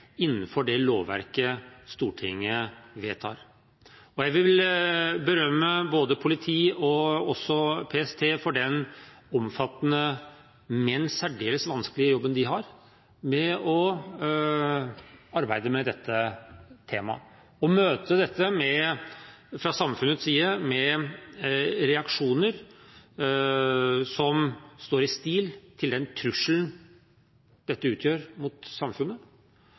for den omfattende, men særdeles vanskelige jobben de har med dette temaet – å møte det fra samfunnets side med reaksjoner som står i stil med den trusselen dette utgjør mot samfunnet,